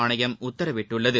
ஆணையம் உத்தரவிட்டுள்ளது